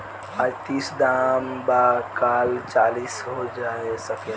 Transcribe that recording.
आज तीस दाम बा काल चालीसो हो सकेला